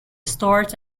stores